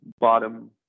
bottom